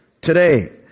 today